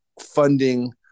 funding